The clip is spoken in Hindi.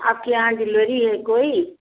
आपके यहाँ डिलेरी है कोई